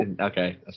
Okay